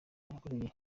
yamukoreye